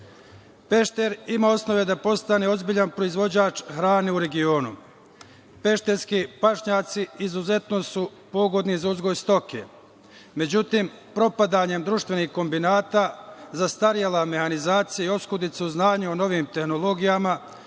Pešter ima osnove da postane ozbiljan proizvođač hrane u regionu, pešterski pašnjaci izuzetno su pogodni za uzgoj stoke. Međutim, propadanjem društvenih kombinata, zastarela mehanizacija i oskudicu znanja u novim tehnologijama,